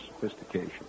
sophistication